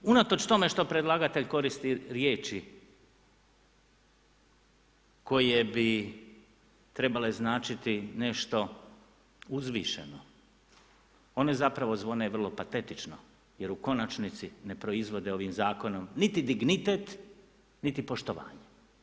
I unatoč tome što predlagatelj koristi riječi koje bi trebale značiti nešto uzvišeno, one zapravo zvone vrlo patetično jer u konačnici ne proizvode ovim zakonom niti dignitet, niti poštovanje.